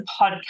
Podcast